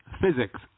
physics